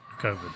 COVID